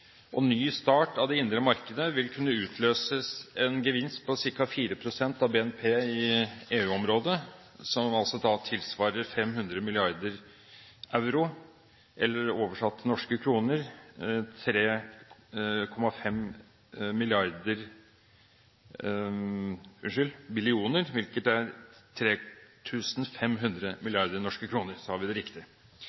og ny start av det indre markedet vil kunne utløse en gevinst på ca. 4 pst. av BNP i EU-området, som altså tilsvarer 500 mrd. euro, eller – omgjort til norske kroner – 3,5 billioner kr, hvilket er